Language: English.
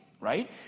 right